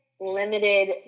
limited